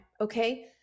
okay